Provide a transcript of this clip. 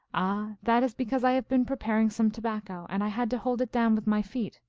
ah, that is because i have been preparing some tobacco, and i had to hold it down with my feet,